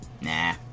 Nah